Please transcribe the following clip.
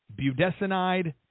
budesonide